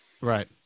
Right